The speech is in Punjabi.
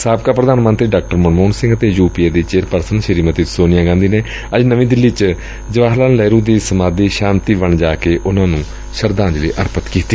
ਸਾਬਕਾ ਪ੍ਰਧਾਨ ਮੰਤਰੀ ਡਾ ਮਨਮੋਹਨ ਸਿੰਘ ਅਤੇ ਯੂ ਪੀ ਏ ਦੀ ਚੇਅਰ ਪਰਸਨ ਸ੍ਰੀਮਤੀ ਸੋਨੀਆ ਗਾਂਧੀ ਨੇ ਅੱਜ ਨਵੀਂ ਦਿੱਲੀ ਚ ਜਵਾਹਰ ਲਾਲ ਨਹਿਰੂ ਦੀ ਸਮਾਧੀ ਸ਼ਾਂਤੀ ਵਣ ਜਾ ਕੇ ਉਨ੍ਹਾਂ ਨੂੰ ਸ਼ਰਧਾਂਜਲੀ ਭੇਟ ਕੀਤੀ